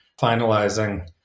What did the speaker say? finalizing